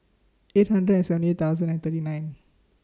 eight hundred and seventy thousand and thirty nine